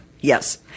Yes